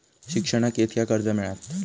शिक्षणाक कीतक्या कर्ज मिलात?